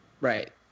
Right